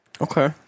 Okay